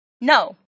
no